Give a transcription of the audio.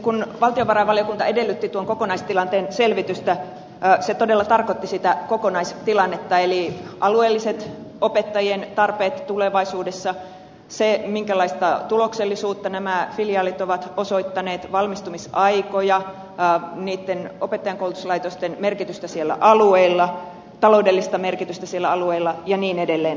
kun valtiovarainvaliokunta edellytti tuon kokonaistilanteen selvitystä se todella tarkoitti sitä kokonaistilannetta eli alueellisia opettajien tarpeita tulevaisuudessa minkälaista tuloksellisuutta nämä filiaalit ovat osoittaneet valmistumisaikoja niitten opettajankoulutuslaitosten merkitystä siellä alueilla taloudellista merkitystä siellä alueilla ja niin edelleen